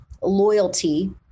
loyalty